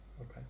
Okay